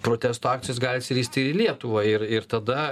protesto akcijos gali atsiristi ir į lietuvą ir ir tada